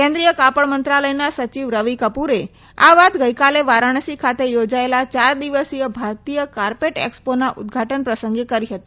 કેન્દ્રીય કાપડ મંત્રાલયના સચિવ રવિ કપુરે આ વાત ગઇકાલે વારાણસી ખાતે યોજાયેલા ચાર દિવસીય ભારતીય કાર્પેટ એકસ્પોના ઉદઘાટન પ્રસંગે કરી હતી